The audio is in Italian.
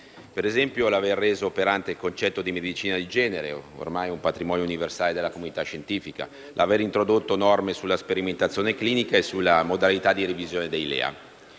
Per esempio, l'aver reso operante il concetto di medicina di genere, ormai patrimonio universale della comunità scientifica, l'aver introdotto norme sulla sperimentazione clinica e sulle modalità di revisione dei LEA.